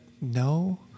no